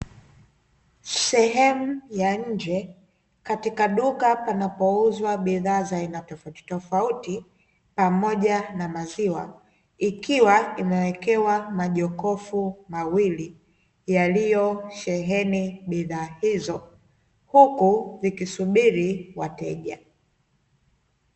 Sehemu ya nje, katika duka panapouzwa bidhaa za aina tofautitofauti, pamoja na maziwa ikiwa imewekewa majokofu mawili, yaliyosheheni bidhaa hizo. Huku vikisubiri wateja.